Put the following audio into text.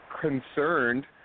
concerned